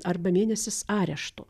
arba mėnesis arešto